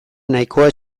nahikoa